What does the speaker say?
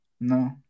No